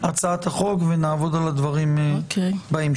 להצעת החוק, ונעבוד על הדברים בהמשך.